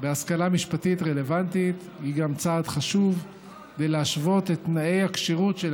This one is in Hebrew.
בהשכלה משפטית רלוונטית היא גם צעד חשוב בהשוואת תנאי הכשירות של